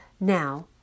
Now